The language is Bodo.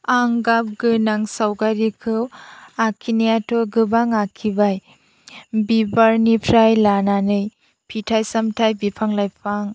आं गाब गोनां सावगारिखौ आखिनायाथ' गोबां आखिबाय बिबारनिफ्राय लानानै फिथाइ सामथाइ बिफां लाइफां